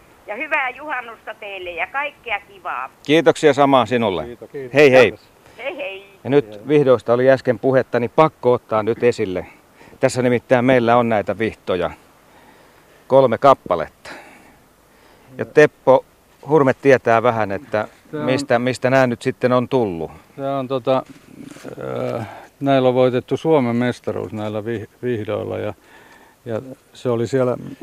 Ja hyvää juhannusta teille ja kaikkea kivaa. Kiitoksia samaa sinulle. Kiitos, kiitos. Hei, hei. Joo, hei, hei. Ja nyt Hei, hei. vihdoista oli äsken puhetta, niin pakko ottaa nyt esille. Tässä nimittäin meillä on näitä vihtoja. Kolme kappaletta. Ja Teppo Hurme tietää vähän, että Tää on- mistä- mistä nämä nyt sitten on tullut. Tää on tota, äh, näillä on voitettu Suomen mestaruus näillä vih- vihdoilla ja- ja se oli siellä-